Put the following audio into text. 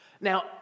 Now